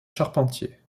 charpentier